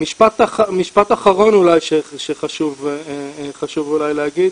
משפט אחרון אולי שחשוב להגיד.